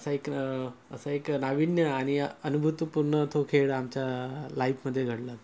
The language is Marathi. असा एक असा एक नावीन्य आणि अनुभूतीपूर्ण तो खेळ आमच्या लाईफमध्ये घडला होता